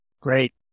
Great